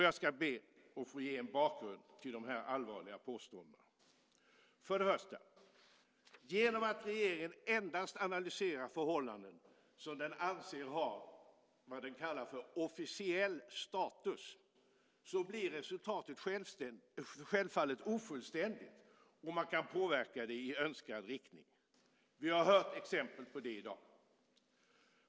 Jag ska be att få ge en bakgrund till de allvarliga påståendena. För det första: Genom att regeringen endast analyserar förhållanden som den anser har "officiell status", blir resultatet självfallet ofullständigt, och det går att påverka det i önskad riktning. Vi har hört exempel på det i dag.